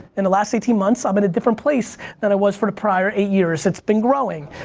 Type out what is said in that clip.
in the last eighteen months, i'm in a different place than i was for the prior eight years, it's been growing.